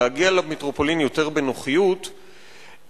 להגיע למטרופולין יותר בנוחיות,